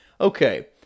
okay